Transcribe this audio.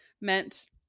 meant